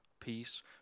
peace